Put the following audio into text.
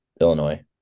Illinois